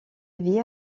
vie